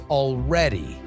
already